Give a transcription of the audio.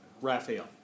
Raphael